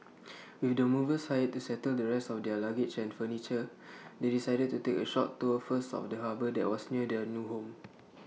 with the movers hired to settle the rest of their luggage and furniture they decided to take A short tour first of the harbour that was near their new home